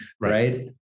right